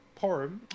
Porum